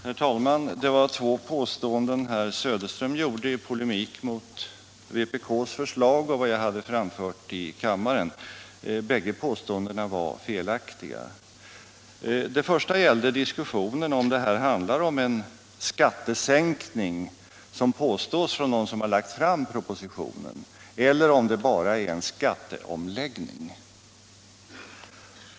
Herr talman! Herr Söderström gjorde två påståenden i polemik mot vpk:s förslag och vad jag hade framfört i kammaren. Bägge påståendena var felaktiga. Det första gällde diskussionen huruvida det här handlar om en skattesänkning, som påstås av dem som har lagt fram propositionen, eller om det bara är en skatteomläggning.